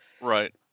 Right